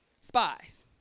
spies